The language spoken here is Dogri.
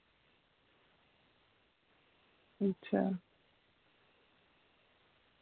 अच्छा